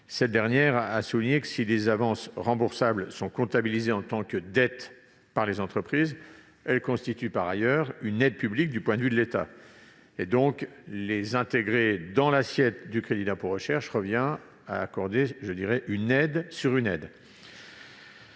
cette dernière a souligné que, si les avances remboursables sont comptabilisées en tant que dettes par les entreprises, elles constituent par ailleurs une aide publique du point de vue de l'État. Les intégrer dans l'assiette du CIR revient donc à accorder « une aide sur une aide